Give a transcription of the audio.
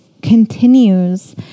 continues